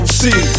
see